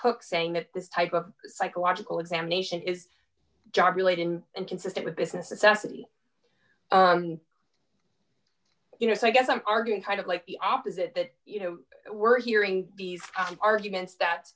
cook saying that this type of psychological examination is job related and consistent with business excessively you know so i guess i'm arguing kind of like the opposite you know we're hearing arguments that